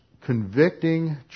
convicting